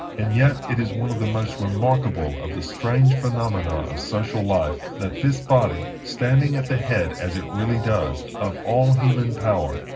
and yet it is one of the most remarkable of the strange phenomena of social life, that this body, standing at the head, as it really does, of all human power,